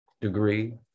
degree